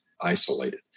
isolated